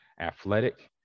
athletic